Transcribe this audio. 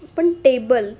पण टेबल